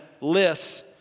lists